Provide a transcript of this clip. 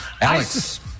Alex